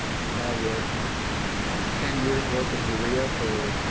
you can probably get ten years worth of urea for,